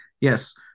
yes